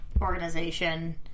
organization